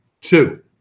two